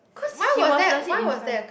cause he was legit in front